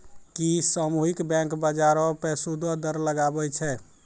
कि सामुहिक बैंक, बजारो पे सूदो दर लगाबै छै?